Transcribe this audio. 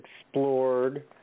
explored